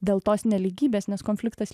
dėl tos nelygybės nes konfliktas